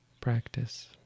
practice